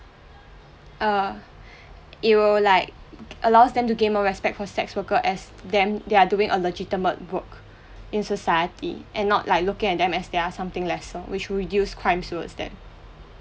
err it will like allows them to gain more respect for sex worker as them they are doing a legitimate work in society and not like looking at them as they are something lesser which reduce crimes towards that